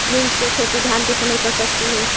मुंग के खेती धान के समय कर सकती हे?